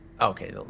Okay